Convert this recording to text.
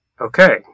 okay